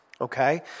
okay